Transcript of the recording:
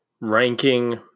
ranking